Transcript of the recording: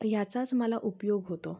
याचाच मला उपयोग होतो